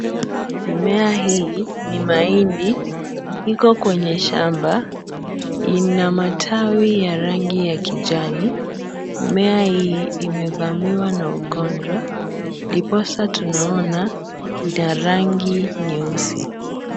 Mimea hii ni mahindi iko kwenye shamba ina matawi ya rangi ya kijani mimea hii imevamiwa na ugonjwa ndiposa tunaona ina rangi nyeusi.